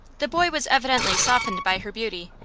the boy was evidently softened by her beauty,